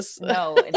No